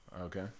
Okay